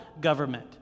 government